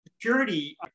security